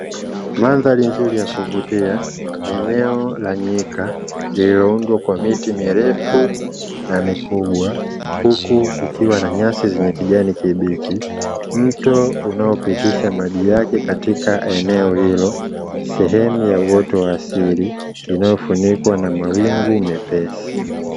Mandhari nzuri ya kuvutia eneo la nyika lililoundwa kwa miti mirefu na mikubwa. Huku kukiwa na nyasi zenye kijani kibichi. Mto unaopitisha maji yake katika eneo hilo sehemu ya uoto wa sili inayofunikwa na mawingu mepesi.